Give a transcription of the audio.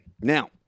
Now